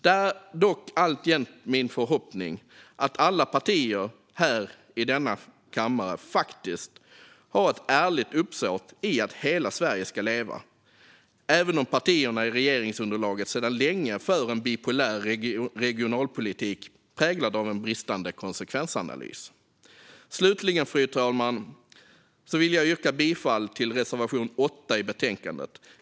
Det är dock alltjämt min förhoppning att alla partier här i denna kammare faktiskt har ett ärligt uppsåt att hela Sverige ska leva - även om partierna i regeringsunderlaget sedan länge för en bipolär regionalpolitik präglad av bristande konsekvensanalys. Slutligen, fru talman, vill jag yrka bifall till reservation 8 i betänkandet.